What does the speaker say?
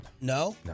No